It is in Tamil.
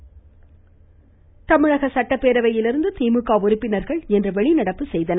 ம் ம் வெளிநடப்பு தமிழக ச ட்டட்பேரவையிலிருந்து திமுக உறுப்பினர்கள் இன்று வெளிநடப்பு செய்தனர்